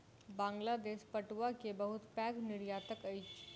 बांग्लादेश पटुआ के बहुत पैघ निर्यातक अछि